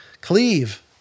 cleave